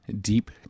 deep